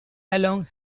along